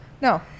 no